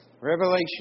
Revelation